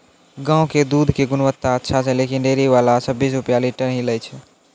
गांव के दूध के गुणवत्ता अच्छा छै लेकिन डेयरी वाला छब्बीस रुपिया लीटर ही लेय छै?